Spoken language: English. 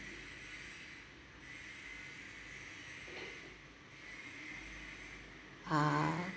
ah